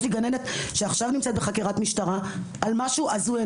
יש לי גננת שעכשיו נמצאת בחקירת משטרה על משהו הזוי,